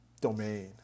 domain